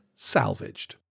Salvaged